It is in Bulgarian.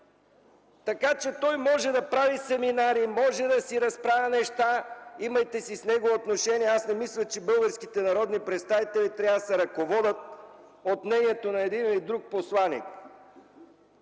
така че той може да прави семинари, може да си разправя неща, имайки си с него отношения. Аз не мисля, че българските народни представители трябва да се ръководят от мнението на един или друг посланик.